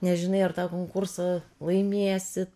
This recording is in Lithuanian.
nežinai ar tą konkursą laimėsi